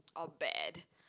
or bad